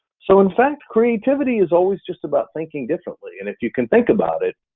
so in fact, creativity is always just about thinking differently. and if you can think about it,